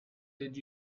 did